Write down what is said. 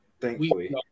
Thankfully